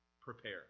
Prepare